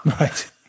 Right